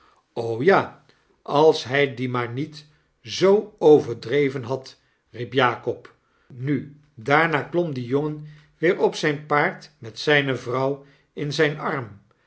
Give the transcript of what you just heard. ja als hij dien maar niet zoo overdreven had riep jakob nu daarna klom die jongen weer op zjjn paard met zyne vrouw in zijn arm